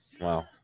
Wow